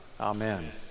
Amen